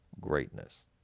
greatness